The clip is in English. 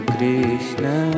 Krishna